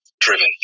driven